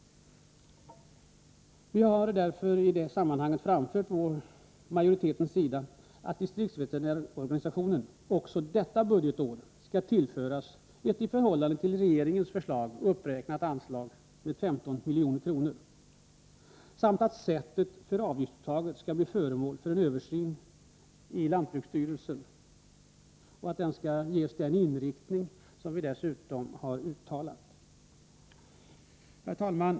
Från majoritetens sida har vi i detta sammanhang framfört att distriktsveterinärorganisationen också detta budgetår bör tillföras ett i förhållande till regeringens förslag med 15 milj.kr. uppräknat anslag samt att sättet för avgiftsuttaget bör bli föremål för en översyn i lantbruksstyrelsen och att organisationen bör ges den inriktning som vi har uttalat oss för. Herr talman!